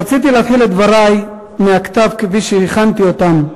רציתי להתחיל את דברי מהכתב כפי שהכנתי אותם,